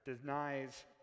denies